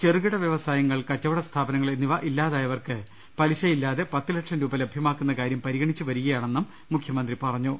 ചെറുകിട വൃവ സായങ്ങൾ കച്ചവടസ്ഥാപനങ്ങൾ എന്നിവ ഇല്ലാതായവർക്ക് പലിശ യില്ലാതെ പത്ത് ലക്ഷം രൂപ ലഭ്യമാക്കുന്ന കാര്യം പരിഗണിച്ചുവരിക യാണെന്നും മുഖ്യമന്ത്രി പറഞ്ഞു